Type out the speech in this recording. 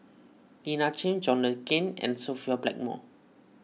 Lina Chiam John Le Cain and Sophia Blackmore